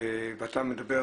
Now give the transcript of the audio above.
נפנה